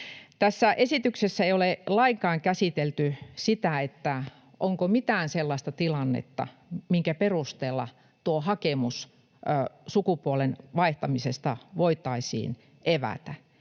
Tässä esityksessä ei ole lainkaan käsitelty sitä, onko mitään sellaista tilannetta, minkä perusteella hakemus sukupuolen vaihtamisesta voitaisiin evätä.